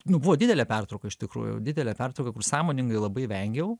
nu buvo didelė pertrauka iš tikrųjų didelė pertrauka kur sąmoningai labai vengiau